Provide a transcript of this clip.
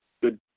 Good